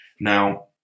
Now